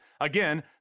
again